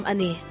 Ani